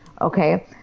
Okay